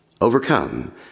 Overcome